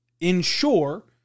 ensure